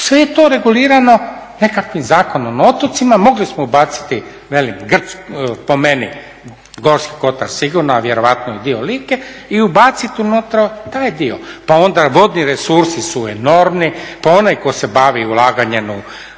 Sve je to regulirano nekakvim Zakonom o otocima, mogli smo ubaciti, velim, po meni Gorski Kotar sigurno, a vjerojatno i dio Like i ubaciti unutra taj dio pa onda vodni resursi su enormni, pa onaj koji se bavi ulaganjem